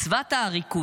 מצוות העריקות.